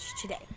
today